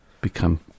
become